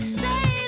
say